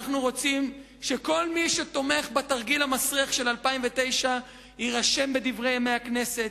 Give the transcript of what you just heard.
אנחנו רוצים שכל מי שתומך בתרגיל המסריח של 2009 יירשם בדברי ימי הכנסת,